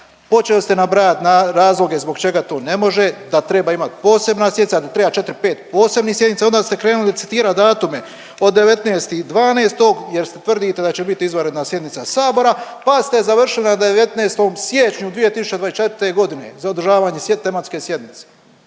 Počeli ste nabrajat razloge zbog čega to ne može, da treba imat posebna …/Govornik se ne razumije./… da treba 4, 5 posebnih sjednica, onda ste krenuli citirat datume od 19.12. jer ste tvrdite da će bit izvanredna sjednica sabora pa ste završili na 19. siječnju 2024. godine za održavanje tematske sjednice.